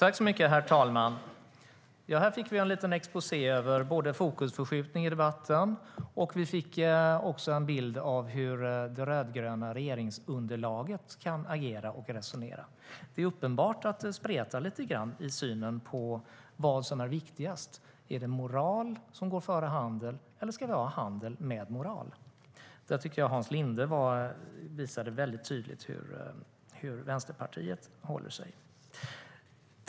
Herr talman! Här fick vi en liten exposé både över fokusförskjutning i debatten och av hur det rödgröna regeringsunderlaget kan agera och resonera. Det är uppenbart att det spretar lite grann i synen på vad som är viktigast: Är det moral som går före handel, eller ska vi ha handel med moral? Där tyckte jag att Hans Linde väldigt tydligt visade hur Vänsterpartiet förhåller sig.